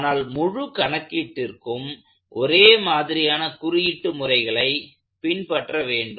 ஆனால் முழு கணக்கீட்டிற்கும் ஒரே மாதிரியான குறியீட்டு முறைகளை பின்பற்ற வேண்டும்